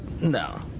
No